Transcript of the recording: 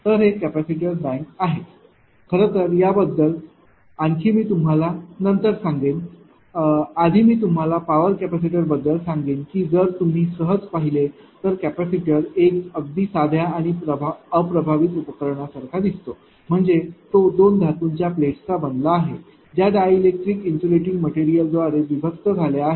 तर हे capacitor bank आहे खरंतर याबद्दल आणखी मी तुम्हाला नंतर सांगेन आधी मी तुम्हाला पॉवर कॅपेसिटर बद्दल सांगेन की जर तुम्ही सहज पाहिले तर कॅपेसिटर एक अगदी साध्या आणि अप्रभावित उपकरणांसारखा दिसतो म्हणजेच तो दोन धातूच्या प्लेट्स चा बनला आहे ज्या डायलेक्ट्रिक इन्सुलेटिंग मटेरियलद्वारे विभक्त झाल्या आहेत